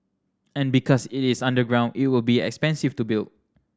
and because it is underground it will be expensive to build